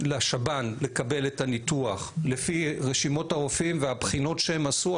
לשב"ן לקבל את הניתוח לפי רשימות הרופאים והבחינות שהם עשו,